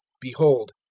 behold